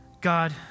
God